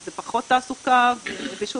אז פחות תעסוקה ושוב